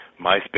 MySpace